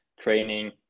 training